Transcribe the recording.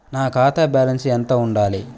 నా ఖాతా బ్యాలెన్స్ ఎంత ఉండాలి?